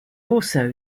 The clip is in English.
also